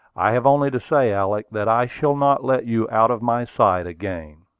i have only to say, alick, that i shall not let you out of my sight again.